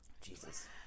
Jesus